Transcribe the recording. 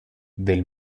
del